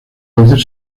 veces